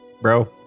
bro